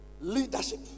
Leadership